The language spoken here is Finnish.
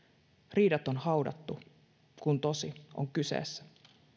riidat on haudattu kun tosi on kyseessä